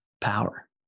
power